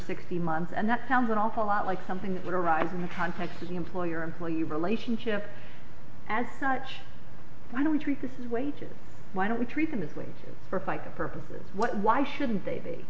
sixty months and that sounds an awful lot like something that would arise in the context of the employer employee relationship as such why don't we treat this is wages why don't we treat them as wages for fica purposes why shouldn't they be